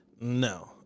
no